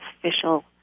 official